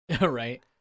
Right